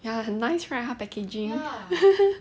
ya 很 nice right 他 packaging